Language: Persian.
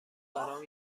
برام